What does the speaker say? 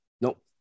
nope